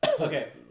okay